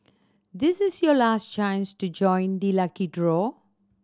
this is your last chance to join the lucky draw